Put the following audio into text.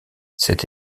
cet